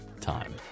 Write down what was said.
time